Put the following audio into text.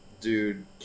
dude